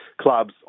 clubs